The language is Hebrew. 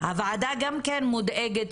הוועדה גם מודאגת